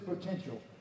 potential